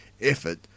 effort